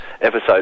Episode